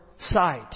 sight